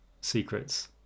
secrets